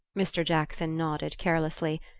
mr. jackson nodded carelessly.